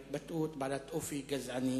היא התבטאות בעלת אופי גזעני,